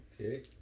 Okay